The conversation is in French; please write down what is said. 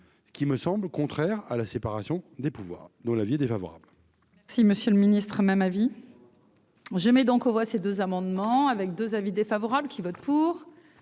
qui me semble au contraire à la séparation des pouvoirs, dont l'avis défavorable. Si Monsieur le Ministre, même avis. Je mets donc aux voix ces deux amendements avec 2 avis défavorables qui votent pour,